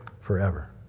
forever